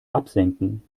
absenken